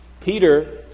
Peter